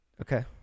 Okay